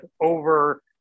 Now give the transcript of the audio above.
over